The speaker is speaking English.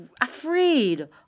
afraid